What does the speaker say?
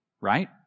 right